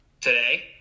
Today